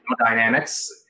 dynamics